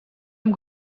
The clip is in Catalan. amb